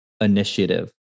initiative